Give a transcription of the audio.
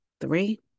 Three